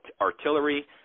artillery